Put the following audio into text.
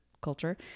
culture